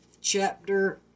chapter